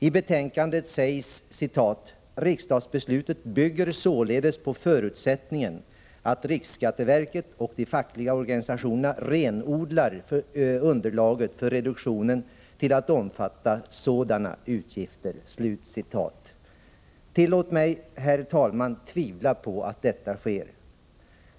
I betänkandet skrivs: ”Riksdagsbeslutet bygger således på förutsättningen att RSV och de fackliga organisationerna renodlar underlaget för reduktionen till att omfatta uteslutande sådana utgifter.” Tillåt mig, herr talman, tvivla på att detta sker.